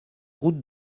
route